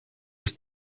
ist